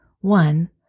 One